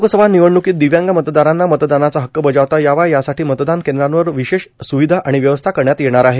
लोकसभा निवडणुकीत दिव्यांग मतदारांना मतदानाचा हक्क बजावता यावा यासाठी मतदान केंद्रांवर विशेष सुविधा आणि व्यवस्था करण्यात येणार आहे